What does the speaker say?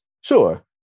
sure